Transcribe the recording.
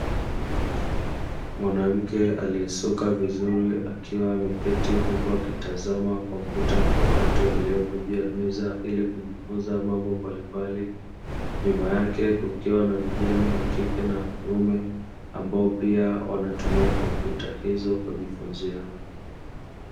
Mwanamke aliesuka vizuri akiwa ameketi huku akitazama kompyuta mpakato iliyopo juu ya meza ili kujifunza mambo mbalimbali, nyuma yake kukiwa na vijana wakike na wakiume ambao pia wanatumia kompyuta hizo kujifunzia.